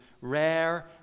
rare